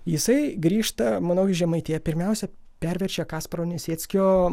jisai grįžta manau į žemaitiją pirmiausia perverčia kasparo niesieckio